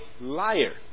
liar